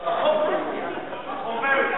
אבל החוק לא הגיע.